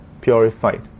purified